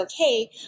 okay